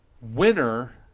winner